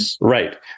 Right